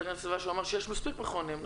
להגנת הסביבה שאומר שיש מספיק מכונים,